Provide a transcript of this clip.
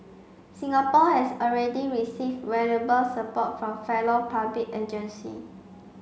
Singapore has already received valuable support from fellow public agency